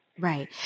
Right